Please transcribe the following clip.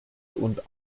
und